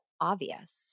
obvious